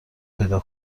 پیدا